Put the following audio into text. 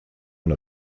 one